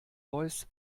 voice